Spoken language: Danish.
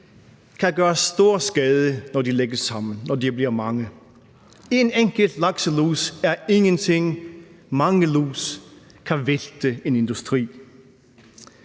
kan gøre stor skade, når de lægges sammen, når de bliver mange. En enkelt lakselus er ingenting; mange lus kan vælte en industri.